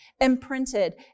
imprinted